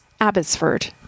Abbotsford